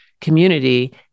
community